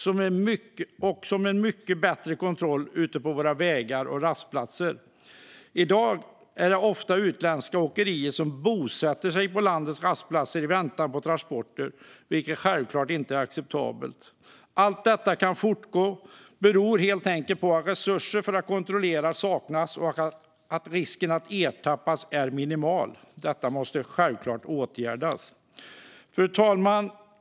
Det behövs också en mycket bättre kontroll ute på våra vägar och rastplatser. I dag bosätter sig ofta utländska åkerier på landets rastplatser i väntan på transporter, vilket självklart inte är acceptabelt. Att detta kan fortgå beror helt enkelt på att resurser för kontroller saknas och att risken att ertappas är minimal. Detta måste självklart åtgärdas. Fru talman!